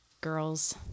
girls